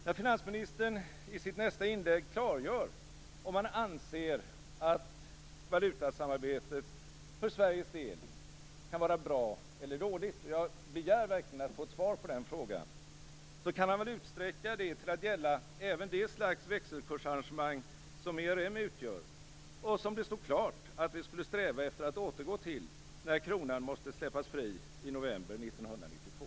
När finansministern i sitt nästa inlägg klargör om han anser att valutasamarbetet för Sveriges del kan vara bra eller dåligt - och jag begär verkligen att få ett svar på den frågan - kan han väl utsträcka detta till att gälla även det slags växelkursarrangemang som ERM utgör och som det stod klart att vi skulle sträva efter att återgå till när kronan måste släppas fri i november 1992.